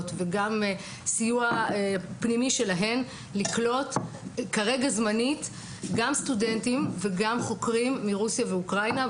וסיוע פנימי לקלוט זמנית סטודנטים וחוקרים מרוסיה ואוקראינה.